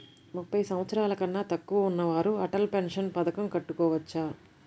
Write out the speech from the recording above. ముప్పై సంవత్సరాలకన్నా తక్కువ ఉన్నవారు అటల్ పెన్షన్ పథకం కట్టుకోవచ్చా?